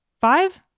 Five